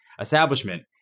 establishment